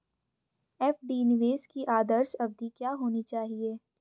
FD निवेश की आदर्श अवधि क्या होनी चाहिए?